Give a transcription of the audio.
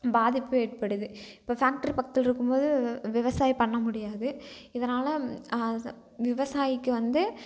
பாதிப்பு ஏற்படுது இப்போ ஃபேக்ட்ரி பக்கத்தில் இருக்கும் போது விவசாயம் பண்ண முடியாது இதனால் விவசாயிக்கு வந்து